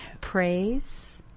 Praise